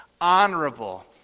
honorable